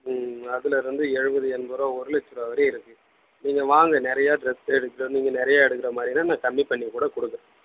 ம் அதிலேருந்து எழுபது எண்பது ருபா ஒரு லட்சம் ருபா வரையும் இருக்குது நீங்கள் வாங்க நிறையா டிரெஸ் எடுத்துகிட்டு வந்து நீங்கள் நிறையா எடுக்கிற மாதிரினா நான் கம்மி பண்ணி கூட கொடுக்கறேன்